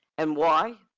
and why?